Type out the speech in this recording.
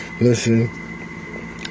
listen